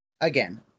again